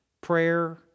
prayer